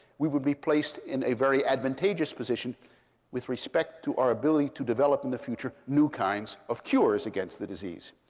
we would be placed in a very advantageous position with respect to our ability to develop, in the future, new kinds of cures against the disease.